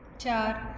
ਚਾਰ